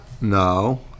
No